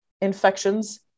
infections